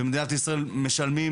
במדינת ישראל משלמים,